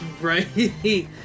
right